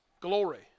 glory